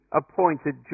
appointed